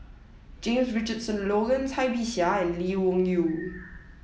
James Richardson Logan Cai Bixia and Lee Wung Yew